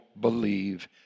believe